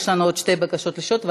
יש לנו עוד שתי בקשות רשות דיבור,